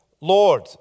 Lord